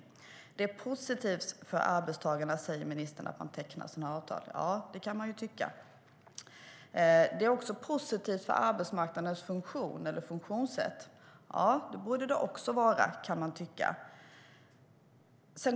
Ministern säger att det är positivt för arbetstagarna att man tecknar sådana avtal. Det kan man tycka. Det är också positivt för arbetsmarknadens funktionssätt. Det borde det också vara, kan man tycka.